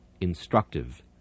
instructive